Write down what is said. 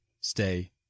stay